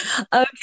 okay